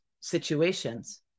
situations